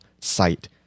site